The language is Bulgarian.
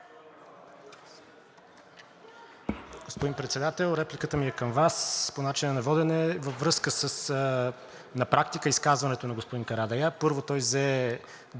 Господин Председател, репликата ми е към Вас по начина на водене във връзка с на практика изказването на господин Карадайъ. Първо, той взе